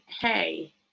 hey